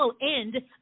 end